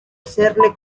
serle